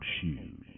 shoes